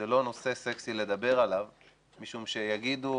זה לא נושא סקסי לדבר עליו משום שיגידו